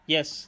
Yes